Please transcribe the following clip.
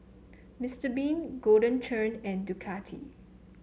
Mister Bean Golden Churn and Ducati